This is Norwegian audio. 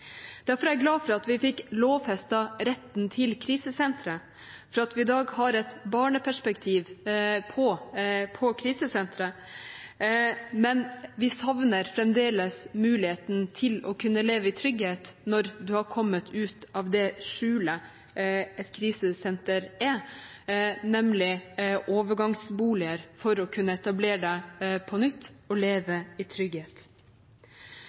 Derfor er jeg glad for at vi fikk lovfestet retten til krisesentre, for at vi i dag har et barneperspektiv på krisesentre, men vi savner fremdeles muligheten til å kunne leve i trygghet når du har kommet ut av det skjulet et krisesenter er, nemlig overgangsboliger for å kunne etablere deg på nytt og leve i trygghet.